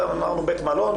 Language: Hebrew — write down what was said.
בית מלון,